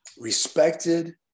respected